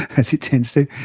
as it tends to,